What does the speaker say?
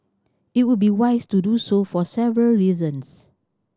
it would be wise to do so for several reasons